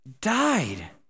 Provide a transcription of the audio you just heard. died